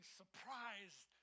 surprised